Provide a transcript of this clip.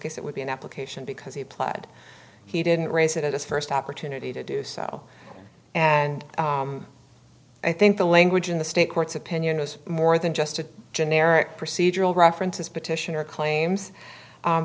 case it would be an application because he applied he didn't raise it at his first opportunity to do so and i think the language in the state court's opinion was more than just a generic procedural reference is petitioner claims